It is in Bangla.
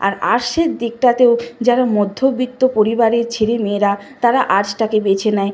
আর আর্টসের দিকটাতেও যারা মধ্যবিত্ত পরিবারের ছেলে মেয়েরা তারা আর্টসটাকে বেছে নেয়